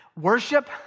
worship